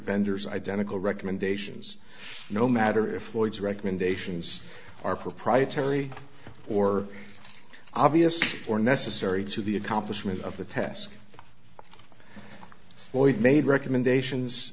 vendors identical recommendations no matter if lloyd's recommendations are proprietary or obvious or necessary to the accomplishment of the task boyd made recommendations